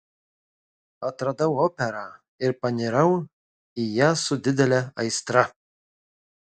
atradau operą ir panirau į ją su didele aistra